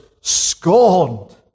scorned